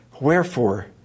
Wherefore